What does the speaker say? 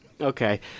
okay